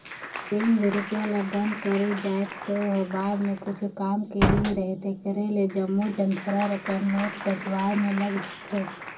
जेन भी रूपिया ल बंद करे जाथे ओ ह बाद म कुछु काम के नी राहय तेकरे ले जम्मो झन धरा रपटा नोट बलदुवाए में लग जाथे